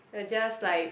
it just like